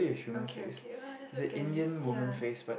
okay okay !wah! that's so scary ya